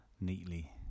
neatly